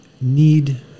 need